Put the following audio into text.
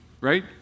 right